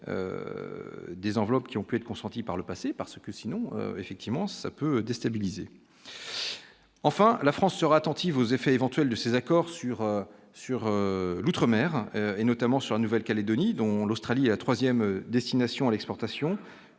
des enveloppes qui ont pu être consentis par le passé, parce que sinon effectivement ça peut déstabiliser, enfin, la France sera attentive aux effets éventuels de ces accords sur sur l'outre-mer et notamment sur la Nouvelle-Calédonie, dont l'Australie et la 3ème destination à l'exportation,